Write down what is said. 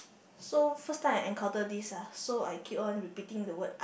so first time I encounter this ya so I keep on repeating the word